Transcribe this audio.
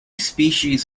species